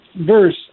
verse